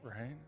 Right